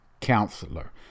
Counselor